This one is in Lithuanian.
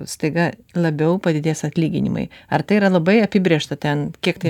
staiga labiau padidės atlyginimai ar tai yra labai apibrėžta ten kiek tai